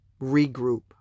Regroup